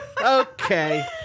Okay